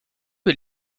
que